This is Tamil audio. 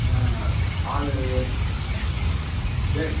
ஆ பால் இது இது